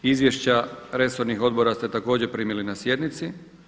Izvješća resornih odbora ste također primili na sjednici.